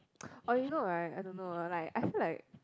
or you know right I don't know like I feel like